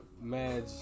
mad